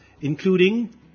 including